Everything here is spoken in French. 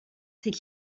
c’est